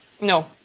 no